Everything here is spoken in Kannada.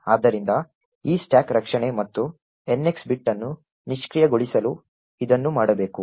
ಆದ್ದರಿಂದ ಈ ಸ್ಟಾಕ್ ರಕ್ಷಣೆ ಮತ್ತು NX ಬಿಟ್ ಅನ್ನು ನಿಷ್ಕ್ರಿಯಗೊಳಿಸಲು ಇದನ್ನು ಮಾಡಬೇಕು